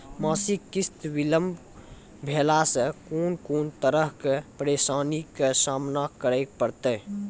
मासिक किस्त बिलम्ब भेलासॅ कून कून तरहक परेशानीक सामना करे परतै?